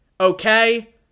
Okay